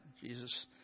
Jesus